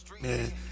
Man